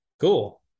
cool